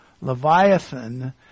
Leviathan